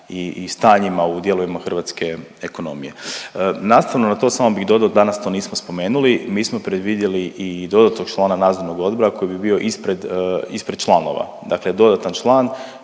i stanjima u dijelovima hrvatske ekonomije. Nastavno na to samo bih dodao, danas to nismo spomenuli. Mi smo predvidjeli i dodatnog člana nadzornog odbora koji bi bio ispred, ispred članova. Dakle dodatan član